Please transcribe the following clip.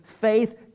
Faith